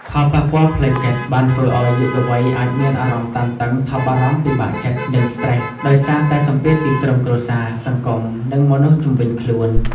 ផលប៉ះពាល់ផ្លូវចិត្ត បានធ្វើអោយយុវវ័យអាចមានអារម្មណ៍តានតឹង ថប់បារម្ភ ពិបាកចិត្ត និងស្ត្រេស ដោយសារតែសម្ពាធពីក្រុមគ្រួសារ សង្គម នឹងមនុស្សជុំវិញខ្លួន ។